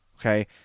Okay